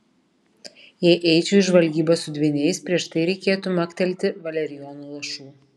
jei eičiau į žvalgybą su dvyniais prieš tai reikėtų maktelti valerijono lašų